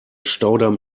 staudamm